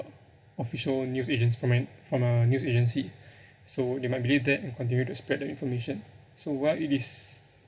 official new agenc~ I mean from a news agency so they might believe that and continue to spread the information so while it is